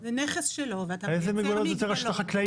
זה נכס שלו ואתה מייצר מגבלות --- איזה מגבלות זה יוצר על שטח חקלאי?